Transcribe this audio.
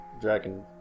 dragon